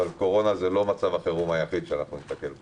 אבל קורונה זה לא מצב החירום היחיד שניתקל בו.